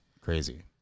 crazy